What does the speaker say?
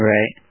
Right